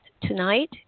Tonight